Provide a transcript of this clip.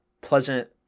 pleasant